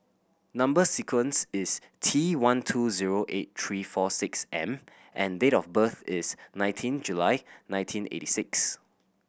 number sequence is T one two zero eight three four six M and date of birth is nineteen July nineteen eighty six